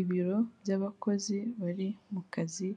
Ibiro by'abakozi bari mu kazi